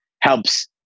helps